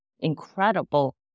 incredible